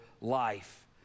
life